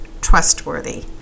trustworthy